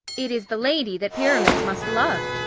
it is the lady that pyramus must love.